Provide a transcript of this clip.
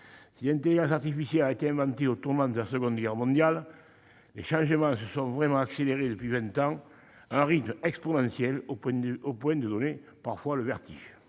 Si l'intelligence artificielle a été inventée au tournant de la Seconde Guerre mondiale, les changements se sont vraiment accélérés depuis vingt ans, à un rythme exponentiel, au point de donner parfois le vertige.